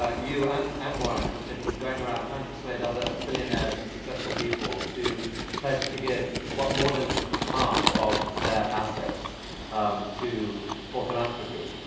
ah you and and warren have been going around trying to persuade other billionaires and successful people to pledge to give, what, more than half of their assets um for philanthropy.